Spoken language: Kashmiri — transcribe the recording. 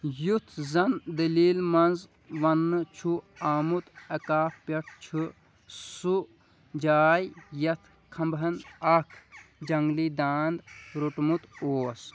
یُتھ زن دٔلیٖلہِ منٛز ونٛنہٕ چھُ آمُت اکا پیٹھ چھُ سُہ جاے ییٚتھ کھمباہن اَکھ جنٛگلی دانٛد روٚٹمُت اوس